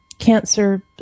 cancer